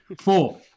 Four